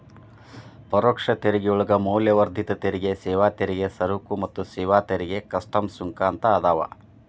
ಪರೋಕ್ಷ ತೆರಿಗೆಯೊಳಗ ಮೌಲ್ಯವರ್ಧಿತ ತೆರಿಗೆ ಸೇವಾ ತೆರಿಗೆ ಸರಕು ಮತ್ತ ಸೇವಾ ತೆರಿಗೆ ಕಸ್ಟಮ್ಸ್ ಸುಂಕ ಅಂತ ಅದಾವ